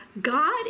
God